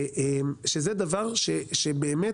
באמת